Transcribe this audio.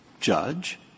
Judge